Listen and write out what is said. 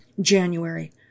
January